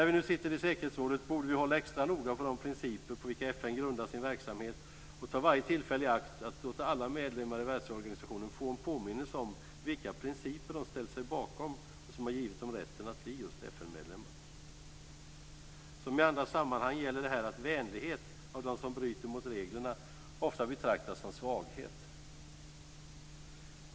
När vi nu sitter i säkerhetsrådet borde vi hålla extra noga på de principer på vilka FN grundar sin verksamhet. Vi borde ta varje tillfälle i akt att låta alla medlemmar i världsorganisationen få en påminnelse om vilka principer de har ställt sig bakom och som har givit dem rätten att bli just FN-medlemmar. Som i andra sammanhang gäller att vänlighet av dem som bryter mot reglerna ofta betraktas som svaghet.